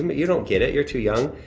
you don't get it, you're too young.